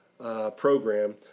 program